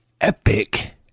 epic